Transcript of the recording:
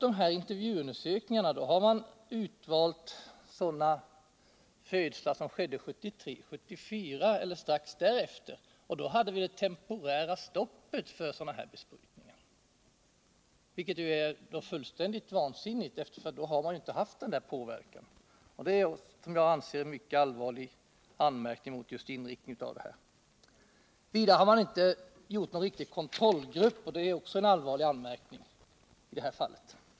När man gjorde intervjuundersökningarna valde man ut födstar från åren 1973-1974 och strax därefter, men då rådde ju temporärt stopp för dessa besprutningar. Man kan alltså här inte tala om fenoxisyrornas inverkan: det vore fullständigt vansinnigt. Det är, som jag ser det, en mycket allvarlig anmärkning mot behandlingen av frågan. För det fjärde har man inte haft någon riktig kontrollgrupp. och det är också en allvarlig anmärkning.